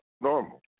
normal